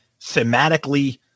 thematically